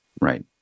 Right